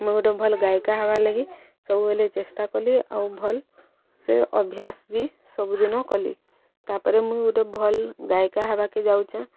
ମୁଁ ଗୋଟେ ଭଲ୍ ଗାୟିକା ହେବାର୍ ଲାଗି ସବୁବେଲେ ଚେଷ୍ଟା କଲି ଆଉ ଭଲ୍ ସେ ଅଭ୍ୟାସ ବି ସବୁଦିନ କଲି ତାପରେ ମୁଇଁ ଗୋଟେ ଭଲ୍ ଗାୟିକା ହେବାକେ ଯାଉଚେଁ